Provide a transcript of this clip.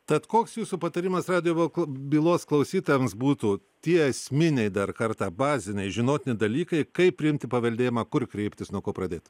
tad koks jūsų patarimas radijo bylos klausytojams būtų tie esminiai dar kartą baziniai žinotini dalykai kaip priimti paveldėjimą kur kreiptis nuo ko pradėt